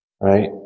right